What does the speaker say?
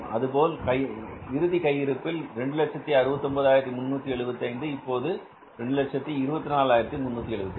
அதேபோல் இறுதி கையிருப்பில் ஆரம்பத்தில் 269375 இப்போது 224375